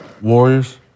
Warriors